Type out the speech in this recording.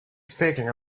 speaking